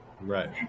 Right